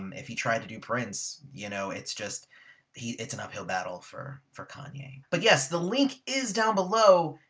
um if he tried to do prince, you know, it's just it's an uphill battle for for kanye, but yes the link is down below!